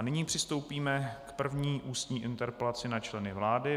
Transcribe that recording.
Nyní přistoupíme k první ústní interpelaci na členy vlády.